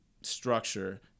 Structure